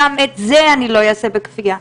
גם את זה אני לא אעשה בכפייה.